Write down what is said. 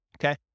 okay